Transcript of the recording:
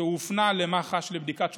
שהופנה למח"ש לבדיקת שוטרים,